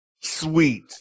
sweet